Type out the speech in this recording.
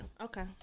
Okay